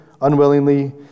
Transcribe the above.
unwillingly